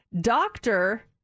doctor